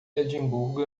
edimburgo